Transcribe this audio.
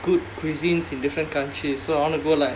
good cuisines in different countries so I want to go like